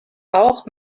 auch